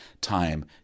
time